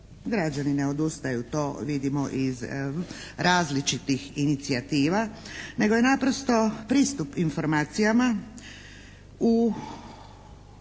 Građani ne odustaju, to vidimo iz različitih inicijativa, nego je naprosto pristup informacijama u